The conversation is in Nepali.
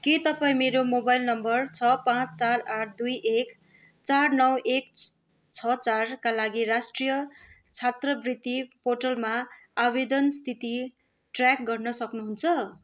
के तपाईँ मेरो मोबाइल नम्बर छ पाँच चार आठ दुई एक चार नौ एक छ चारका लागि राष्ट्रिय छात्रवृत्ति पोर्टलमा आवेदन स्थिति ट्र्याक गर्न सक्नुहुन्छ